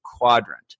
quadrant